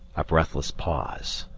a breathless pause,